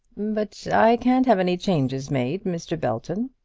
but i can't have any changes made, mr. belton,